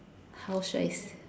how should I